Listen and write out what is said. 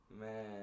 Man